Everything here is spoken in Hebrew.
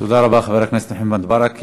תודה רבה לחבר הכנסת מוחמד ברכה.